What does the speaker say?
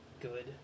good